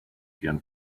again